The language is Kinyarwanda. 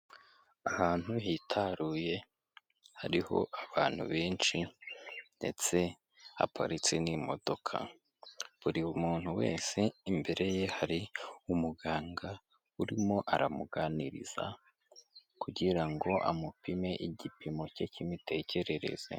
Ahantu hitaruye hariho abantu benshi ndetse haparitse n'imodoka, buri muntu wese imbere ye hari umuganga urimo aramuganiriza kugira ngo amupime igipimo cye cy'imitekerereze.